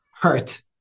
hurt